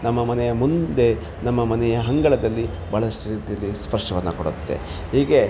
ನಮ್ಮ ಮನೆಯ ಮುಂದೆ ನಮ್ಮ ಮನೆಯ ಅಂಗಳದಲ್ಲಿ ಭಾಳಷ್ಟು ರೀತಿಲಿ ಸ್ವರ್ಶವನ್ನು ಕೊಡುತ್ತೆ ಹೀಗೆ